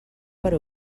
per